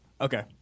Okay